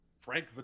Frank